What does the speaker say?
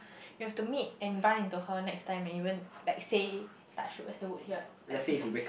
you have to meet and run into her next time even like say touch wood where's the wood here like if